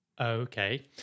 Okay